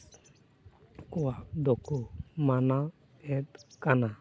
ᱠᱚᱣᱟᱜ ᱫᱚᱠᱚ ᱢᱟᱱᱟᱣ ᱮᱫ ᱠᱟᱱᱟ